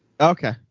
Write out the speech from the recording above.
Okay